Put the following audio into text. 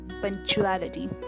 punctuality